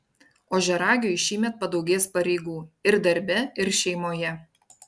ožiaragiui šįmet padaugės pareigų ir darbe ir šeimoje